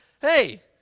hey